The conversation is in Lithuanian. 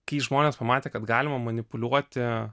kai žmonės pamatė kad galima manipuliuoti